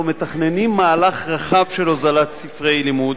אנחנו מתכננים מהלך רחב של הוזלת ספרי לימוד